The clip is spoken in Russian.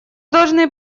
должны